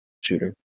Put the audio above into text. shooter